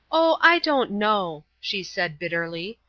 oh, i don't know, she said, bitterly.